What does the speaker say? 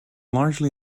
largely